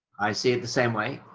i see it the same way?